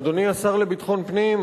אדוני השר לביטחון פנים,